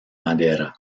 madera